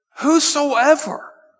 Whosoever